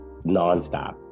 nonstop